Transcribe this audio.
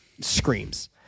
screams